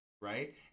Right